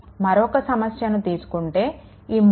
మరొక సమస్యను తీసుకుంటే ఈ 3